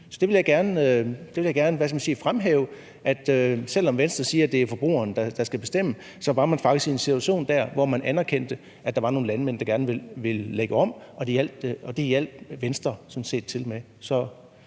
Jeg vil gerne fremhæve, at selv om Venstre siger, at det er forbrugeren, der skal bestemme, så var man faktisk i en situation, hvor man anerkendte, at der var nogle landmænd, der gerne ville lægge om. Det hjalp Venstre sådan set til med,